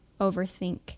overthink